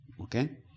Okay